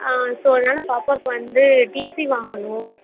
so அதனால் பாப்பாக்கு வந்து டிசி வாங்கணும்